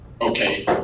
Okay